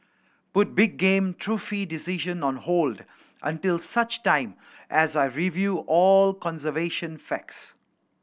put big game trophy decision on hold until such time as I review all conservation facts